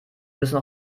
müssen